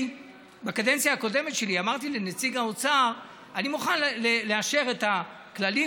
בקדנציה הקודמת שלי אמרתי לנציג האוצר: אני מוכן לאשר את הכללים,